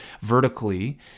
vertically